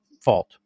fault